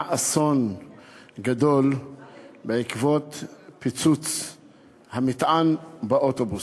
אסון גדול בעקבות פיצוץ המטען באוטובוס.